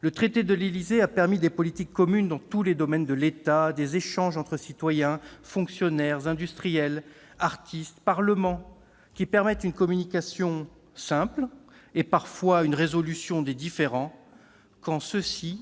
Le traité de l'Élysée a permis des politiques communes dans tous les domaines de l'État, des échanges entre citoyens, fonctionnaires, industriels, artistes, parlements, qui permettent une communication simple et parfois une résolution des différends quand ceux-ci,